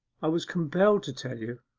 i was compelled to tell you.